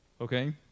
Okay